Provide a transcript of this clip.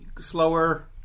slower